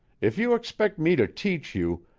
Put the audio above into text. if you expect me to teach you,